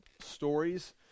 stories